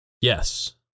yes